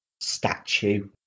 statue